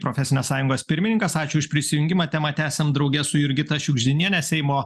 profesinės sąjungos pirmininkas ačiū už prisijungimą temą tęsiam drauge su jurgita šiugždiniene seimo